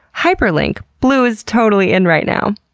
hyperlink blue is totally in right now.